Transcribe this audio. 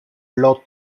lord